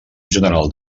general